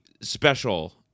special